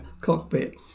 cockpit